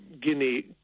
guinea